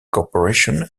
corporation